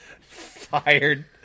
Fired